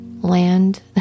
land